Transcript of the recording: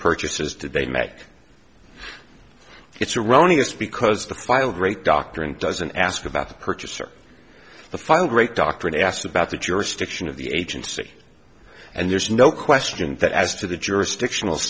purchases did they make it's erroneous because the file great doctrine doesn't ask about the purchaser the final great doctrine asks about the jurisdiction of the agency and there's no question that as to the jurisdiction